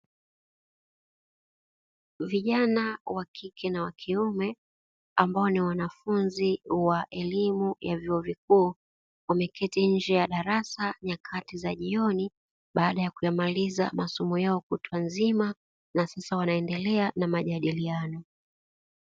Vijana wa kike na wa kiume ambao ni wanafunzi wa elimu ya vyuo vikuu, wameketi nje ya darasa nyakati za jioni, baada ya kuyamaliza masomo yao kutwa nzima, na sasa wanaendela na majadiliano.